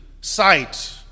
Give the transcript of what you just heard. sight